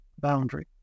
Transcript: boundary